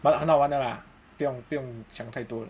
but 很好玩的 lah 不用不用想太多